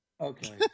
Okay